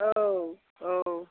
औ औ